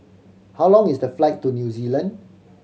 how long is the flight to New Zealand